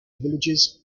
villages